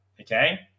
okay